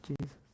Jesus